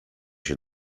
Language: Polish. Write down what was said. się